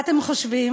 מה אתם חושבים?